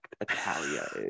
Italia